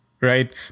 right